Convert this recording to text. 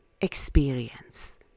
experience